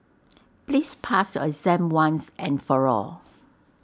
please pass your exam once and for all